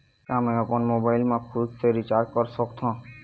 का मैं आपमन मोबाइल मा खुद से रिचार्ज कर सकथों?